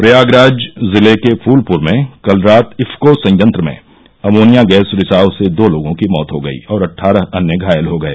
प्रयागराज जिले के फूलप्र में कल रात इफको संयंत्र में अमोनिया गैस रिसाव से दो लोगों की मौत हो गई और अट्ठारह अन्य घायल हो गए